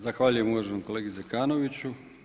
Zahvaljujem uvaženom kolegi Zekanoviću.